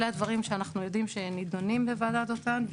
אלה הדברים שאנחנו יודעים שנידונים בוועדת דותן,